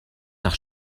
nach